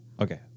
Okay